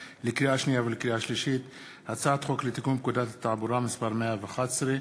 הצעת חוק הגנת הצרכן (תיקון מס' 40), התשע"ד 2014,